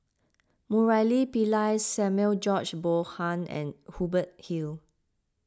Murali Pillai Samuel George Bonham and Hubert Hill